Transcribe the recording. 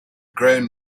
grown